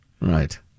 Right